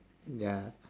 ya